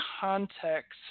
context